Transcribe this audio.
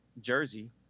jersey